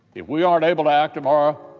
if we aren't able to act ah